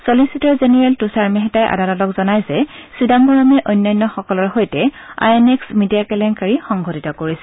ছলিচিটৰ জেনেৰেল তূষাৰ মেহতাই আদালতক জনায় যে চিদাম্বৰমে অন্যান্যসকলৰ সৈতে আই এন এক্স মিডিয়া কেলেংকাৰি সংঘটিত কৰিছিল